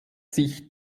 sich